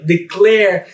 Declare